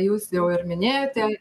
jūs jau ir minėjote